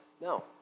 No